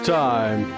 time